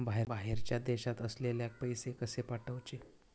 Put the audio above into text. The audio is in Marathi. बाहेरच्या देशात असलेल्याक पैसे कसे पाठवचे?